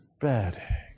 Bad